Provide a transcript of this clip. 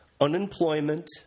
unemployment